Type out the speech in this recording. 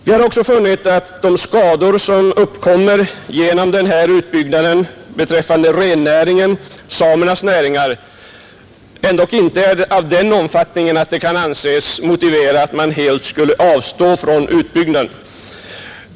Vi har också funnit att de skador beträffande samernas näringar och särskilt rennäringen som uppkommer genom den aktuella utbyggnaden ändock inte är av den omfattningen att det kan anses motiverat att man helt avstår från utbyggnaden.